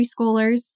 preschoolers